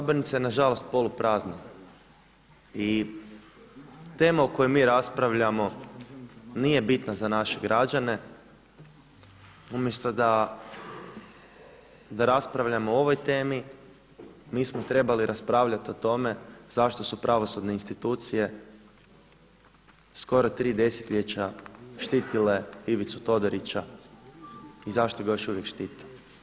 Sabornica je nažalost polu prazna i tema o kojoj mi raspravljamo nije bitna za naše građane, umjesto da raspravljamo o ovoj temi mi smo trebali raspravljati o tome zašto su pravosudne institucije skoro 3 desetljeća štitile Ivicu Todorića i zašto ga još uvijek štite.